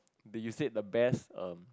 the you said the best um